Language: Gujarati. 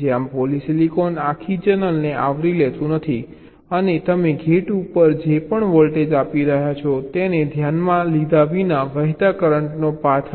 જ્યાં પોલિસિલિકોન આખી ચેનલને આવરી લેતું નથી અને તમે ગેટ ઉપર જે પણ વોલ્ટેજ આપી રહ્યા છો તેને ધ્યાનમાં લીધા વિના વહેતા કરંટનો પાથ હશે